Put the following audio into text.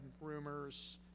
rumors